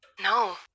No